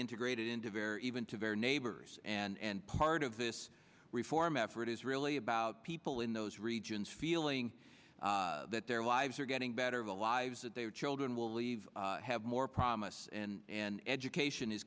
integrated into very even to their neighbors and part of this reform effort is really about people in those regions feeling that their lives are getting better the lives that their children will leave have more promise and an education is